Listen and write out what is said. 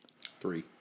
Three